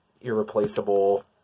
irreplaceable